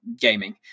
gaming